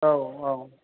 औ औ